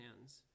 hands